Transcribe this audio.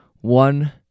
One